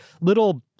little